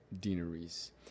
deaneries